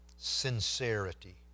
sincerity